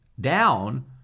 down